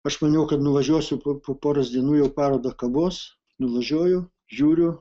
aš maniau kad nuvažiuosiu po po poros dienų jau paroda kabos nuvažiuoju žiūriu